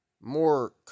More